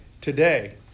today